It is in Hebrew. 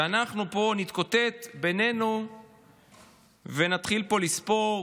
ואנחנו פה נתקוטט בינינו ונתחיל פה לספור